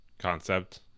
concept